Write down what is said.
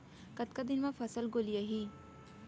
कतका दिन म फसल गोलियाही?